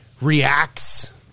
reacts